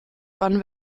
wann